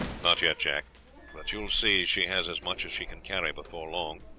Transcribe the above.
not yet, jack but you will see she has as much as she can carry before long.